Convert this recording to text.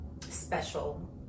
special